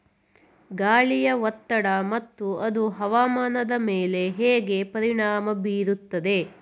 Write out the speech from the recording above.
ಗಾಳಿಯ ಒತ್ತಡ ಮತ್ತು ಅದು ಹವಾಮಾನದ ಮೇಲೆ ಹೇಗೆ ಪರಿಣಾಮ ಬೀರುತ್ತದೆ?